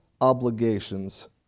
obligations